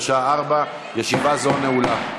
בשעה 16:00. ישיבה זו נעולה.